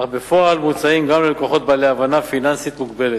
אך בפועל מוצעים גם ללקוחות בעלי הבנה פיננסית מוגבלת,